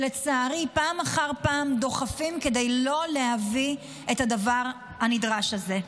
שלצערי פעם אחר פעם דוחפים כדי לא להביא את הדבר הנדרש הזה.